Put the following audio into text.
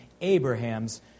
Abraham's